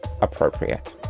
appropriate